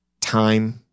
Time